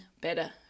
better